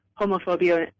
homophobia